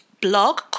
blog